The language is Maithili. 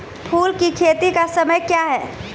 फुल की खेती का समय क्या हैं?